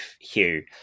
Hugh